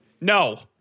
No